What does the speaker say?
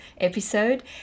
episode